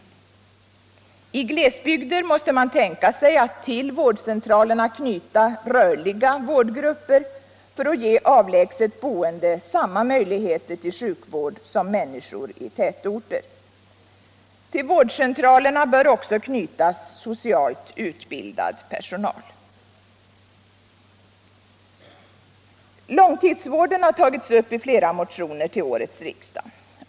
I glesbygder måste man tänka sig att till vårdcentralerna knyta rörliga vårdgrupper för att ge avlägset boende samma möjligheter till sjukvård som människorna i tätorter har. Till sådana vårdcentraler bör också knytas socialt utbildad personal. Långtidsvården har tagits upp i flera motioner till årets riksdag.